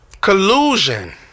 Collusion